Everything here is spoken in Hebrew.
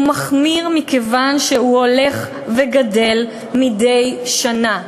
הוא מחמיר מכיוון שהוא הולך וגדל מדי שנה.